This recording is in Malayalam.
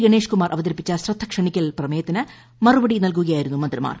ഗണേഷ് കുമാർ അവതരിപ്പിച്ച ശ്രദ്ധ ക്ഷണിക്കൽ പ്രമേയത്തിന് മറുപടി നൽകുകയായിരുന്നു മന്ത്രിമാർ